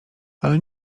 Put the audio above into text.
ale